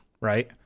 right